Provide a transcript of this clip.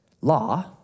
Law